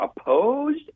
opposed